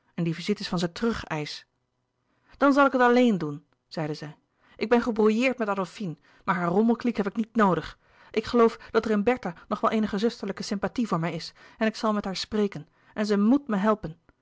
en die visites van ze terug eisch dan zal ik het alleen doen zeide zij ik ben gebrouilleerd met adolfine maar haar rommelkliek heb ik niet noodig ik geloof dat er in bertha nog wel eenige zusterlijke sympathie louis couperus de boeken der kleine zielen voor mij is en ik zal met haar spreken en zij met mij helpen